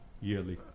yearly